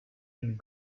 and